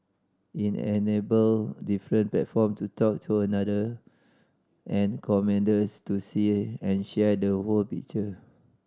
it enable different platform to talk to another and commanders to see and share the whole picture